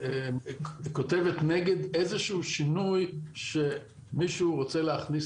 כותבת נגד איזה שהוא שינוי שמישהו רוצה להכניס